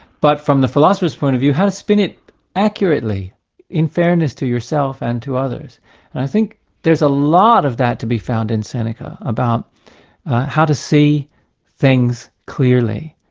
but from the philosopher's point of view, how to spin it accurately in fairness to yourself and to others. and i think there's a lot of that to be found in seneca, about how to see things clearly,